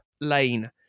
Lane